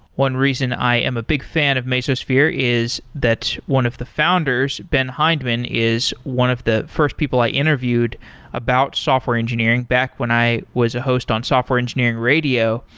one reason i am a big fan of mesosphere is that one of the founders, ben hindman, is one of the first people i interviewed about software engineering back when i was a host on software engineering radio,